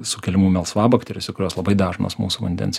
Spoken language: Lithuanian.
sukeliamų melsvabakterėse kurios labai dažnos mūsų vandens